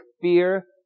fear